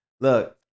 Look